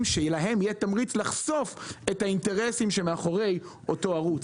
שיהיה להם תמריץ לחשוף את האינטרסים שמאחורי אותו ערוץ.